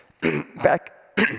Back